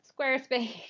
Squarespace